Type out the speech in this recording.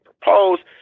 proposed